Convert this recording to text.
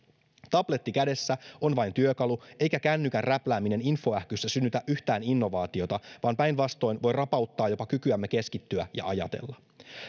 tabletti kädessä on vain työkalu eikä kännykän räplääminen infoähkyssä synnytä yhtään innovaatiota vaan päinvastoin voi rapauttaa jopa kykyämme keskittyä ja ajatella